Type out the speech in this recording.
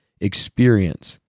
experience